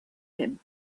him